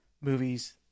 movies